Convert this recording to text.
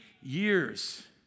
years